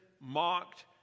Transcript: mocked